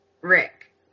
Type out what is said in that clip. Rick